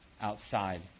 outside